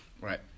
right